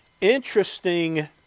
interesting